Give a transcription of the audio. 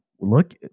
look